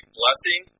blessing